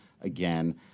again